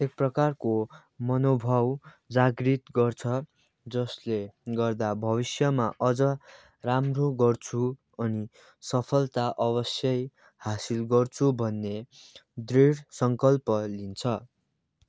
एक प्रकारको मनोभाव जागृत गर्छ जसले गर्दा भविष्यमा अझ राम्रो गर्छु अनि सफलता अवश्यै हासिल गर्छु भन्ने ढृढ सङ्कल्प लिन्छ